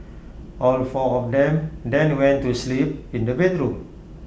all four of them then went to sleep in the bedroom